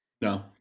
No